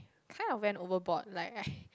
kind of went over board like I